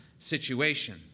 Situation